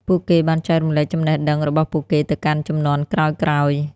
ពួកគេបានចែករំលែកចំណេះដឹងរបស់ពួកគេទៅកាន់ជំនាន់ក្រោយៗ។